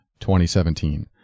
2017